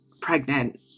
pregnant